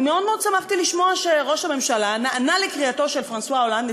אני מאוד מאוד שמחתי לשמוע שראש הממשלה נענה לקריאתו של פרנסואה הולנד,